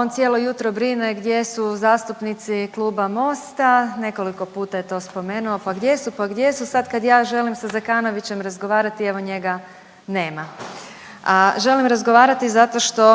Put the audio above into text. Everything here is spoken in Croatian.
On cijelo jutro brine gdje su zastupnici Kluba MOST-a, nekoliko je puta to spomenuo, pa gdje su, pa gdje su, sad kad ja želim sa Zekanovićem razgovarati evo njega nema, a želim razgovarati zato što